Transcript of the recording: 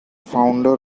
founder